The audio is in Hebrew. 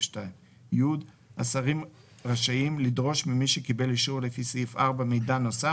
2. השרים רשאים לדרוש ממי שקיבל אישור לפי סעיף 4 מידע נוסף